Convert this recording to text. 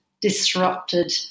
disrupted